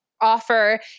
offer